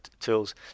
tools